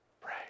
Pray